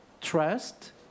trust